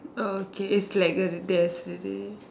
oh okay it's like ther's already